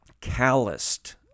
calloused